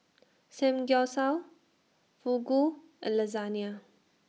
Samgyeopsal Fugu and Lasagna